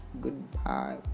goodbye